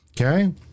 Okay